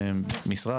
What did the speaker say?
במשרד,